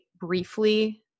briefly